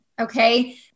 Okay